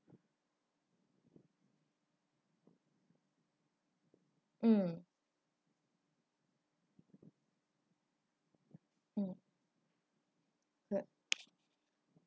um yup